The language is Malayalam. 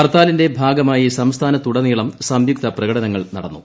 ഹർത്താലിന്റെ ഭാഗമായി സംസ്ഥാനത്തുടനീളം സംയുക്ത പ്രകടനങ്ങൾ നടന്നു